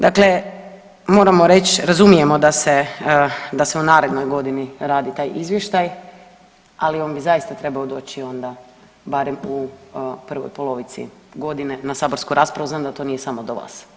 Dakle, moramo reć razumijemo da se u narednoj godini radi taj izvještaj, ali on bi zaista trebao doći onda barem u prvoj polovici godine na saborsku raspravu, znam da to nije samo do vas.